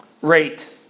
Rate